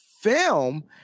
film